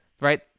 Right